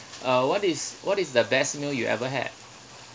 uh what is what is the best meal you ever had